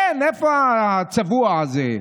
כן, איפה הצבוע הזה?